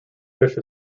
fish